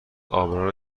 عابران